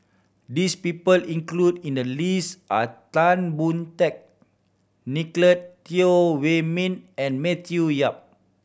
this people included in the list are Tan Boon Teik Nicolette Teo Wei Min and Matthew Yap